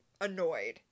annoyed